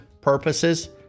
purposes